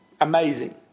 amazing